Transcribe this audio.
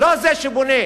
לא זה שבונה.